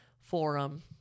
Forum